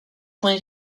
point